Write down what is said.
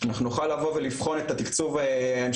אנחנו נוכל לבוא ולבחון את התקצוב ההמשכי